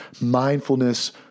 mindfulness